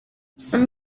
some